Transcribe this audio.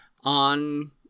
on